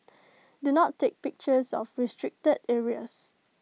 do not take pictures of restricted areas